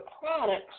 products